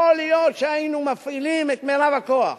יכול להיות שהיינו מפעילים את מירב הכוח.